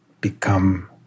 become